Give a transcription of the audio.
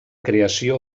creació